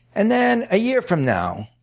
and then a year from now,